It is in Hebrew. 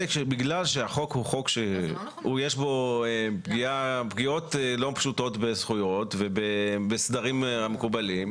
בגלל שהחוק הוא חוק שיש בו פגיעות לא פשוטות בזכויות ובסדרים המקובלים.